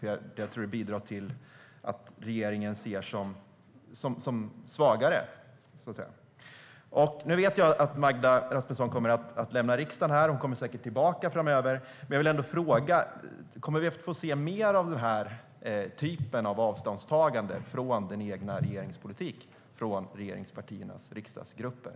Jag tror att det bidrar till att regeringen ses som svagare. Jag vet att Magda Rasmusson kommer att lämna riksdagen, men hon kommer säkert tillbaka framöver. Jag vill ändå fråga: Kommer vi att få se mer av denna typ av avståndstagande från den egna regeringens politik från regeringspartiernas riksdagsgrupper?